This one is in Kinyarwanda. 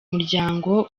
muryango